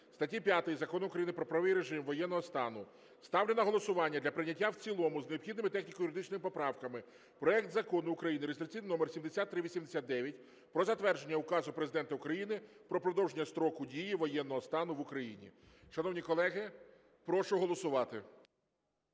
статті 5 Закону України "Про правовий режим воєнного стану" ставлю на голосування для прийняття в цілому з необхідними техніко-юридичними поправками проект Закону України (реєстраційний номер 7389) про затвердження Указу Президента України "Про продовження строку дії воєнного стану в Україні". Шановні колеги, прошу голосувати.